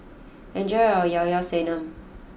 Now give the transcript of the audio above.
enjoy your Llao Llao Sanum